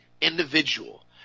individual